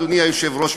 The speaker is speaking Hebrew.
אדוני היושב-ראש,